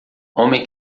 homem